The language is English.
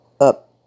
up